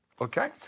okay